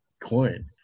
coin